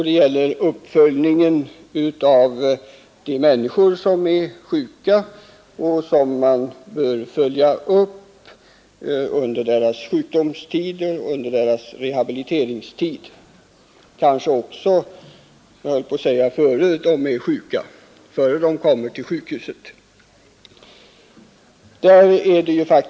Det gäller uppföljningen under sjukdomsoch rehabiliteringstiden — kanske också innan människorna kommer till sjukhuset.